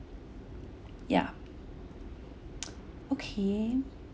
ya okay